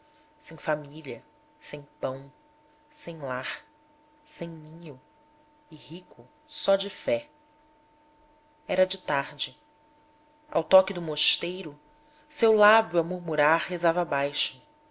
sem família sem pão sem lar sem ninho e rico só de fé era de tarde ao toque do mosteiro seu lábio a murmurar rezava baixo